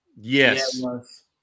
Yes